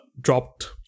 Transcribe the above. dropped